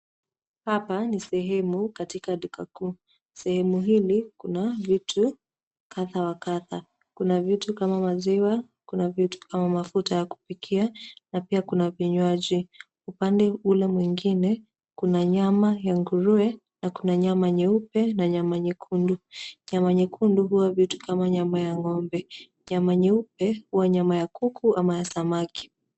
Hapa ni sehemu katika duka kuu. Sehemu hili kuna vitu kadhaa wa kadhaa, kuna vitu kama maziwa, kuna vitu kama mafuta ya kupikia na pia kuna vinyuaji. Upande ule mwingine kuna nyama ya nguruwe na kuna nyama nyeupe na nyama nyekundu. Nyama nyekundu huwa vitu kama nyama ya ng'ombe, nyama nyeupe huwa nyama kuku ama ya samaki